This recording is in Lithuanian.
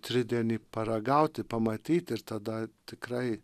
tridienį paragauti pamatyti ir tada tikrai